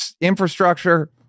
Infrastructure